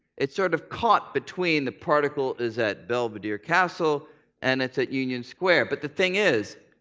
it's sort of caught between the particle is at belvedere castle and it's at union square. but the thing is,